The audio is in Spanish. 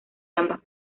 ambas